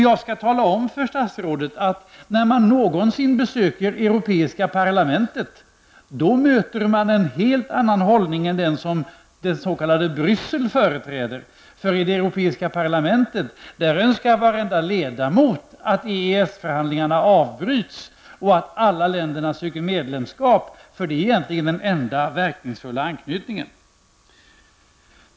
Jag skall tala om för statsrådet att när man besöker Europeiska parlamentet möter man en helt annan hållning än den som det s.k. Bryssel företräder. I det europeiska parlamentet önskar varenda ledamot att EES-förhandlingarna avbryts och att alla länder söker medlemskap, eftersom det egentligen är den enda verkningsfulla anknytningen.